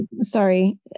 Sorry